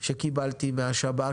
שקיבלתי מהשב"כ,